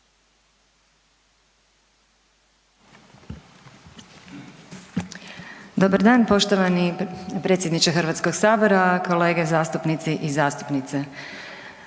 Dobar dan poštovani predsjedniče HS, kolege zastupnici i zastupnice.